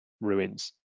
ruins